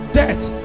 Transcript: death